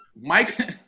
Mike